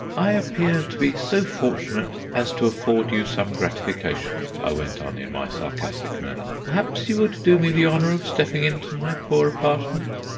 i appear to be so fortunate as to afford you some gratification, i went on, in my sarcastic manner. perhaps you would do me the honour of stepping into my poor apartment?